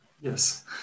Yes